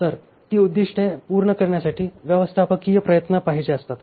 तर ती उद्दिष्टे पूर्ण करण्यासाठी व्यवस्थापकीय प्रयत्न पाहिजे असतात